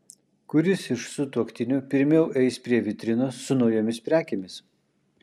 kuris iš sutuoktinių pirmiau eis prie vitrinos su naujomis prekėmis